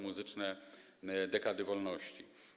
Muzyczne dekady wolności”